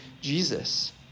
Jesus